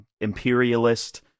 imperialist